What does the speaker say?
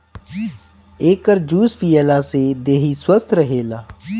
एकर juice पियला से देहि स्वस्थ्य रहेला